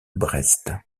brest